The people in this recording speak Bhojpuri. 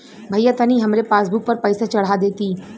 भईया तनि हमरे पासबुक पर पैसा चढ़ा देती